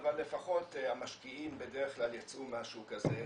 אבל לפחות המשקיעים בדרך כלל יצרו משהו כזה,